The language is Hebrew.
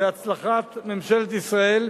שהצלחת ממשלת ישראל,